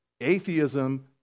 atheism